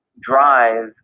drive